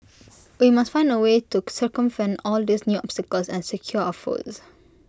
we must find A way to circumvent all these new obstacles and secure our votes